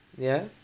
yeah